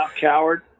coward